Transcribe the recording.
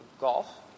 golf